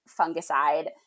fungicide